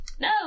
No